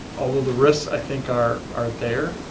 although the risks i think are are there,